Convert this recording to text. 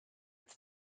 its